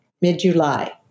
mid-July